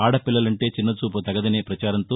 ఆడపిల్లలంటే చిన్నచూపు తగదనే ప్రపచారంతో